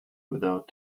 without